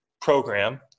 program